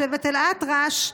שבט אל-אטרש,